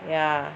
yeah